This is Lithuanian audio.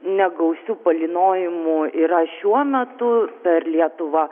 negausių palynojimų yra šiuo metu per lietuvą